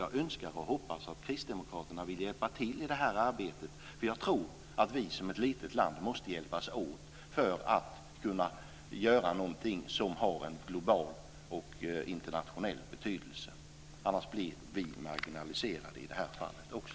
Jag önskar och hoppas att Kristdemokraterna vill hjälpa till i det arbetet. Jag tror nämligen att vi i ett litet land som Sverige måste hjälpas åt för att kunna göra någonting som har en global och internationell betydelse. Annars blir vi marginaliserade i det här fallet också.